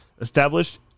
Established